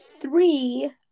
three